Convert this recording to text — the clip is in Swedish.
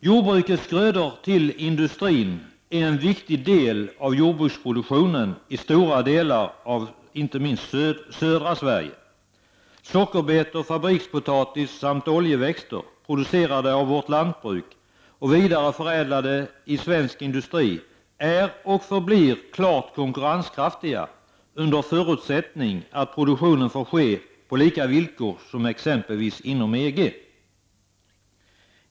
Jordbrukets grödor till industrin är en viktig del av jordbruksproduktionen, främst i stora delar av södra Sverige. Sockerbetor, fabrikspotatis samt oljeväxter producerade av vårt lantbruk och vidareförädlade av svensk industri är och förblir klart konkurrenskraftiga — under förutsättning att produktionen får ske på lika villkor som exempelvis de som gäller för produktionen inom EG.